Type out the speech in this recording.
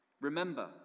Remember